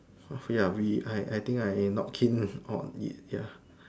ya we I I I think I not keen on this ya